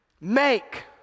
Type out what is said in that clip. Make